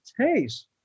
taste